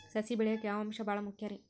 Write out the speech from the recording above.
ಸಸಿ ಬೆಳೆಯಾಕ್ ಯಾವ ಅಂಶ ಭಾಳ ಮುಖ್ಯ ರೇ?